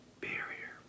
barrier